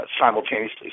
simultaneously